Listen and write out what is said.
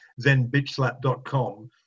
zenbitchslap.com